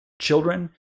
children